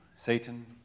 Satan